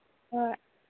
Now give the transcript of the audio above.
ꯍꯣꯏ